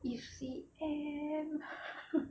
if C_M